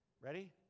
ready